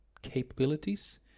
capabilities